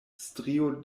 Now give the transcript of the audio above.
strio